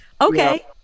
Okay